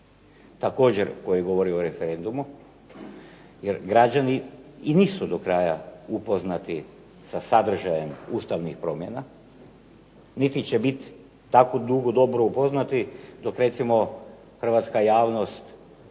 također koji govori o referendumu jer građani i nisu do kraja upoznati sa sadržajem ustavnih promjena niti će biti tako dugo dobro upoznati dok recimo hrvatska javnost,